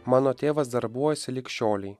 mano tėvas darbuojasi lig šiolei